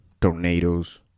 tornadoes